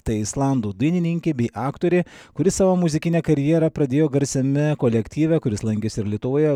tai islandų dainininkė bei aktorė kuri savo muzikinę karjerą pradėjo garsiame kolektyve kuris lankėsi ir lietuvoje